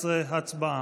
11, הצבעה.